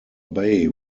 bay